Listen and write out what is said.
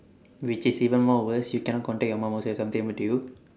which is even more worse you cannot contact your mum also if something happened to you